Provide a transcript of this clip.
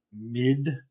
mid